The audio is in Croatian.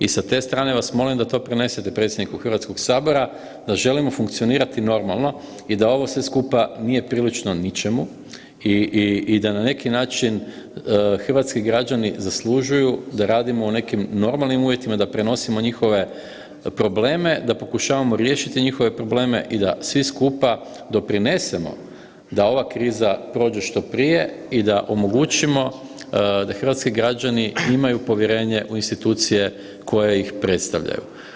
I sa te strane vas molim da to prenesete predsjedniku Hrvatskog sabora da želimo funkcionirati normalno i da ovo sve skupa nije prilično ničemu i da na neki način hrvatski građani zaslužuju da radimo u nekim normalnim uvjetima, da prenosimo njihove probleme, da pokušavamo riješiti njihove probleme i da svi skupa doprinesemo da ova kriza prođe što prije i da omogućimo da hrvatski građani imaju povjerenje u institucije koje ih predstavljaju.